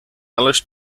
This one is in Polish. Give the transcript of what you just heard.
ależ